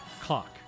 clock